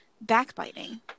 backbiting